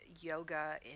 yoga